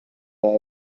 buy